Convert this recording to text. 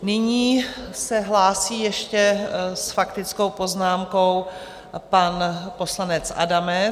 Nyní se hlásí ještě s faktickou poznámkou pan poslanec Adamec.